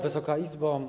Wysoka Izbo!